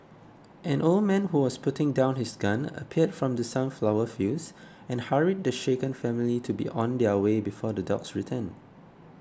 an old man who was putting down his gun appeared from the sunflower fields and hurried the shaken family to be on their way before the dogs return